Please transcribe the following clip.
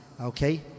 Okay